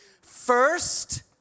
First